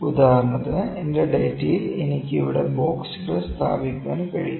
ഉദാഹരണത്തിന് എന്റെ ഡാറ്റയിൽ എനിക്ക് ഇവിടെ ബോക്സുകൾ സ്ഥാപിക്കാൻ കഴിയും